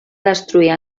destruir